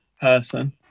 person